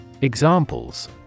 Examples